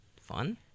fun